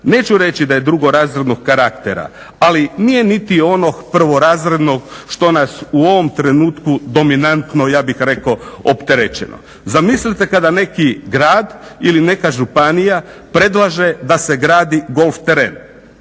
neću reći da je drugorazrednog karaktera, ali nije niti onog prvorazrednog što nas u ovom trenutku dominantno ja bih rekao opterećeno. Zamislite kada neki grad ili neka županija predlaže da se gradi golf teren,